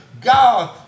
God